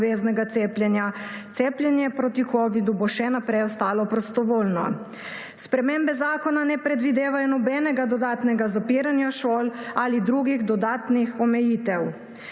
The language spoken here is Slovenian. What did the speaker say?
obveznega cepljenja, cepljenje proti covidu bo še naprej ostalo prostovoljno. Spremembe zakona ne predvidevajo nobenega dodatnega zapiranja šol ali drugih dodatnih omejitev.